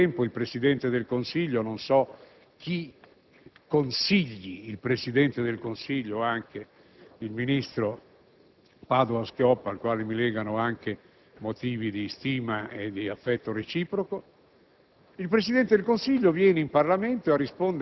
e tutto sarebbe finito. Nel frattempo, il Presidente del Consiglio - non so chi consigli il Presidente del Consiglio e anche il ministro Padoa-Schioppa, al quale mi legano motivi di stima e di affetto reciproco